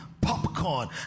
popcorn